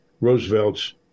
Roosevelt's